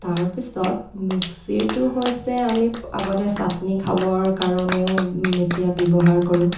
তাৰ পিছত মিক্সিটো হৈছে আমি আগতে চাটনি খাবৰ কাৰণেও এতিয়া ব্যৱহাৰ কৰোঁ